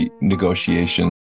negotiations